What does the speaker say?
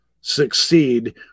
succeed